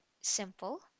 simple